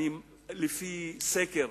לפי סקר,